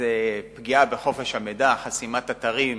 שזה פגיעה בחופש המידע, חסימת אתרים,